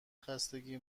خستگی